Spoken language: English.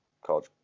College